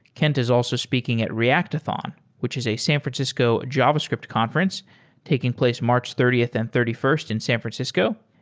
kent is also speaking at reactathon, which is a san francisco javascript conference taking place march thirtieth and thirty first in san francisco,